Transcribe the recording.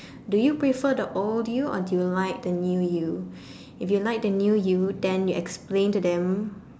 do you prefer the old you or do you like the new you if you like the new you you explain to them